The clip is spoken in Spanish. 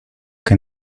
que